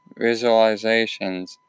visualizations